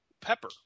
pepper